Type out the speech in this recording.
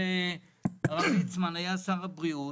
כשהרב ליצמן היה שר הבריאות,